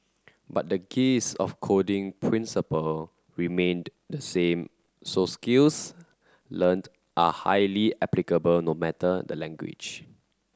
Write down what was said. but the gist of coding principle remained the same so skills learnt are highly applicable no matter the language